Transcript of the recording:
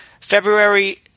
February